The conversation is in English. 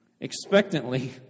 Expectantly